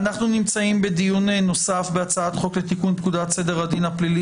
אנחנו נמצאים בדיון נוסף בהצעת חוק לתיקון פקודת סדר הדין הפלילי